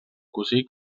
cosí